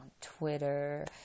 Twitter